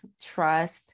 trust